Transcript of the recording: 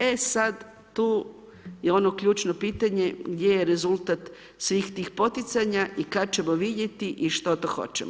E sad, tu je ono ključno pitanje gdje je rezultat svih tih poticanja i kad ćemo vidjeti i što to hoćemo.